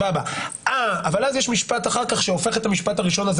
אבל אז יש משפט אחר-כך שהופך את המשפט הראשון הזה